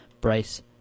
Bryce